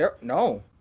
no